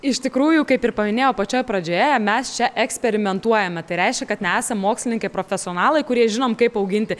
iš tikrųjų kaip ir paminėjau pačioj pradžioje mes čia eksperimentuojame tai reiškia kad nesam mokslininkai profesionalai kurie žinom kaip auginti